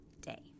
day